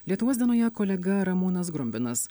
lietuvos dienoje kolega ramūnas grumbinas